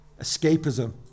Escapism